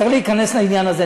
צריך להיכנס לעניין הזה.